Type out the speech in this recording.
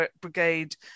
brigade